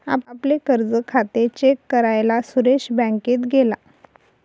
आपले कर्ज खाते चेक करायला सुरेश बँकेत गेला